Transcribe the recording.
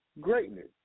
greatness